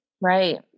Right